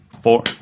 four